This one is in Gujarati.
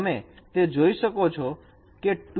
તમે તે જોઈ શકો છો કે ક